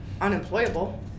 unemployable